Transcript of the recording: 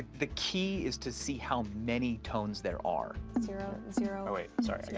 the key is to see how many tones there are. zero, zero oh, wait, sorry. i yeah